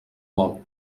vol